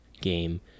game